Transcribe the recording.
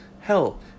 hell